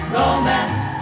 romance